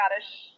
Scottish